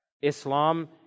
Islam